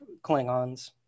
Klingons